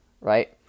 Right